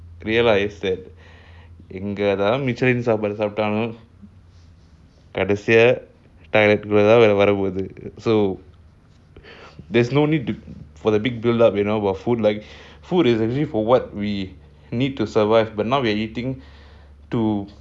realise that எங்கதான்சாப்பிட்டாலும்கடைசில:engathan sapdalum kadaisila diet lah தான்வரபோகுது:than vara poguthu so there's no need to for the big build up you know for the food food is actually what we need to survive but now we're eating to